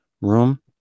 room